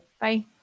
bye